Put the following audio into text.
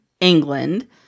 England